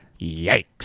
yikes